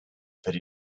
per